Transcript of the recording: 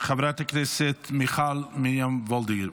חברת הכנסת מיכל מרים וולדיגר,